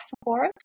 support